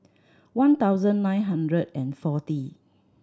one thousand nine hundred and forty